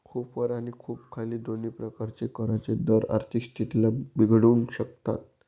खूप वर आणि खूप खाली दोन्ही प्रकारचे करांचे दर आर्थिक स्थितीला बिघडवू शकतात